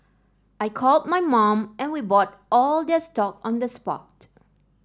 I called my mum and we bought all their stock on the spot